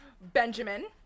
Benjamin